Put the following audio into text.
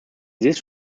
this